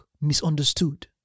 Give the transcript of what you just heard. misunderstood